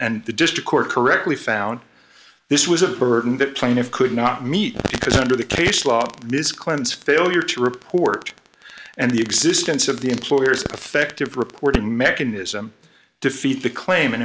and the district court correctly found this was a burden that plaintive could not meet because under the case law ms clinton's failure to report and the existence of the employer's effective reporting mechanism defeat the claim